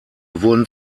wurden